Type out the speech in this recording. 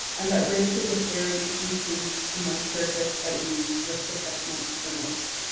and that racial disparities increased amongst circuits that used risk assessment the most.